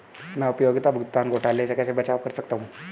मैं उपयोगिता भुगतान घोटालों से कैसे बचाव कर सकता हूँ?